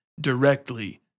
directly